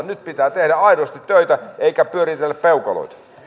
nyt pitää tehdä aidosti töitä eikä pyöritellä peukaloita